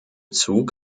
zug